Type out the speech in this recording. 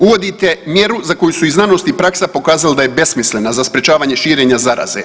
Uvodite mjeru za koju su i znanost i praksa pokazi da je besmislena za sprječavanje širenja zaraze.